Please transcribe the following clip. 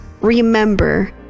remember